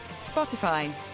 Spotify